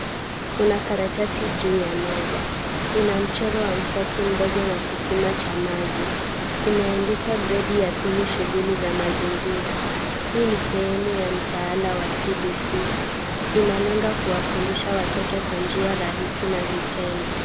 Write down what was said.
Kuna karatasi juu meza. Ina mchoro wa mswaki mdogo na kisima cha maji. Imeandikwa gredi ya pili shughuli ya mazingira. Hii ni sehemu ya mtaala wa CBC. Inalenga kuwafundisha watoto kwa njia nzuri na vitendo.